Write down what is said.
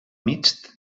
mixt